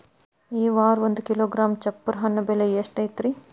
ಈ ವಾರ ಒಂದು ಕಿಲೋಗ್ರಾಂ ಚಪ್ರ ಹಣ್ಣ ಬೆಲೆ ಎಷ್ಟು ಐತಿ?